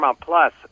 Plus